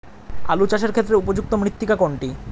আলু চাষের ক্ষেত্রে উপযুক্ত মৃত্তিকা কোনটি?